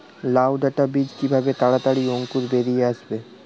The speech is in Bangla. লাউ ডাটা বীজ কিভাবে তাড়াতাড়ি অঙ্কুর বেরিয়ে আসবে?